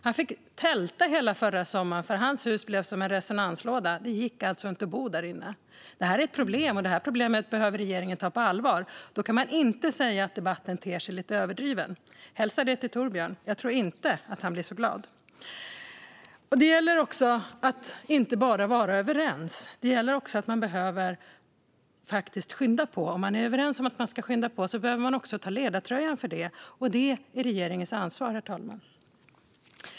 Han fick tälta hela förra sommaren eftersom hans hus blev som en resonanslåda. Det gick alltså inte att bo i huset. Detta är ett problem, och det behöver regeringen ta på allvar. Då kan man inte säga att debatten ter sig lite överdriven. Hälsa det till Torbjörn. Jag tror inte att han blir så glad. Det gäller att inte bara vara överens. Om man är överens om att man ska skynda på behöver man också ta ledartröjan för det. Och det är regeringens ansvar, herr talman.